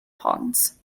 ponds